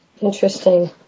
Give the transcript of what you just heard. Interesting